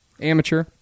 amateur